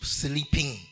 sleeping